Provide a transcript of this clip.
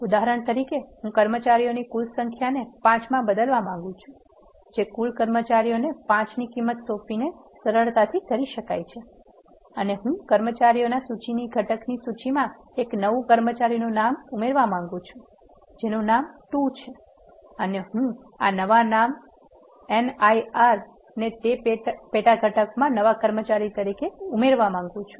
ઉદાહરણ તરીકે હું કર્મચારીઓની કુલ સંખ્યાને 5 માં બદલવા માંગુ છું જે કુલ કર્મચારીઓ ને 5 ની કિંમત સોંપીને સરળતાથી કરી શકાય છે અને હું કર્મચારીની સૂચિના ઘટકની સૂચિમાં એક નવું કર્મચારીનું નામ ઉમેરવા માંગું છું જેનું નામ 2 છે અને હું આ નવા નામ નીરને તે પેટા ઘટકમાં નવા કર્મચારી તરીકે ઉમેરવા માંગું છું